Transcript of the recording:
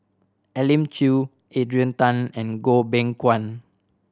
Elim Chew Adrian Tan and Goh Beng Kwan